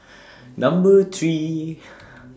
Number three